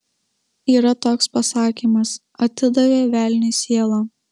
yra toks pasakymas atidavė velniui sielą